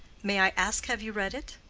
may i ask have you read it?